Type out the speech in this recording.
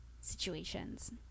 situations